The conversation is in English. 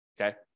okay